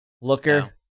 looker